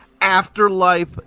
afterlife